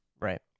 Right